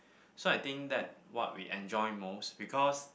so I think that what we enjoy most because